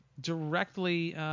directly